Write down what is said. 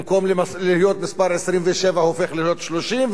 במקום להיות מס' 27 הופך להיות 30,